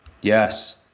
yes